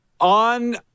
on